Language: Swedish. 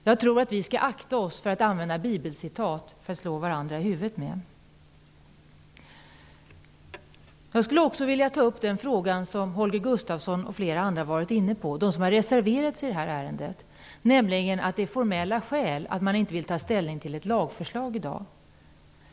Jag tror att vi skall akta oss för att använda bibelcitat till att slå varandra i huvudet med. Jag skulle också vilja ta upp den fråga som Holger Gustafsson och flera andra -- de som har reserverat sig i det här ärendet -- har varit inne på, nämligen att det är av formella skäl man inte vill ta ställning till ett lagförslag i dag.